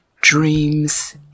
dreams